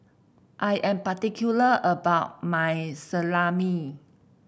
I am particular about my Salami